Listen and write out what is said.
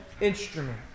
instrument